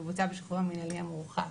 שמבוצע בשחרור המינהלי המורחב.